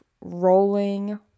rolling